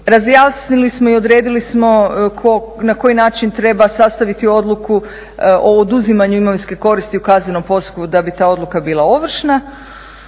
Razjasnili smo i odredili smo na koji način treba sastaviti odluku o oduzimanju imovinske koristi u kaznenom postupku da bi ta odluka bila ovršna.